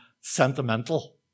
sentimental